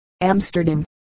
Amsterdam